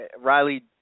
Riley